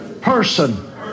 person